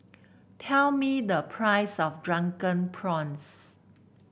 tell me the price of Drunken Prawns